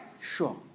Sure